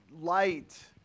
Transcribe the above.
light